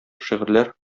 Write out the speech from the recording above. шигырьләр